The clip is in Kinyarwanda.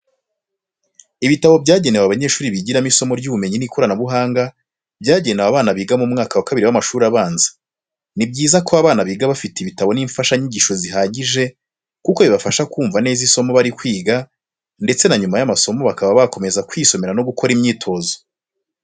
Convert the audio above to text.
Ibitabo byanegewe abanyeshuri bigiramo isomo ry'ubumenyi n'ikoranabuhanga, byagenewe abana biga mu mwaka wa kabiri w'amashuri abanza ni byiza ko abana biga bafite ibitabo n'imfashanyigisho zihagije kuko bibafasha kumva neza isomo barimo kwiga, ndetse na nyuma y'amasomo bakaba bakomeza kwisomera no gukora imyitozo .